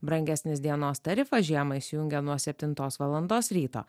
brangesnis dienos tarifas žiemą įsijungia nuo septintos valandos ryto